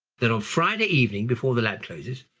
then on friday evening, before the lab closes,